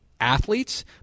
athletes